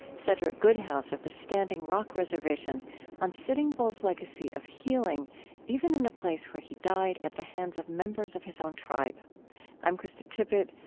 cedric good house of the standing rock reservation on sitting bull's legacy of healing even in the place where he died at the hands of members of his own tribe i'm krista tippett.